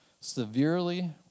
severely